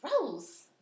Rose